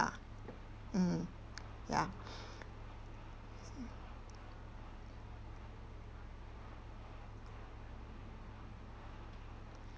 ya mm ya